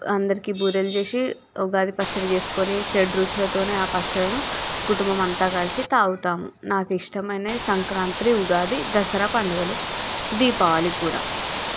అందరికీ బూరెలు చేసి ఉగాది పచ్చడి చేసుకోని షెడ్ రుచులతోనే ఆ పచ్చడిని కుటుంబం అంతా కలిసి తాగుతాం నాకు ఇష్టమైన సంక్రాంతి ఉగాది దసరా పండుగలు దీపావళి కూడా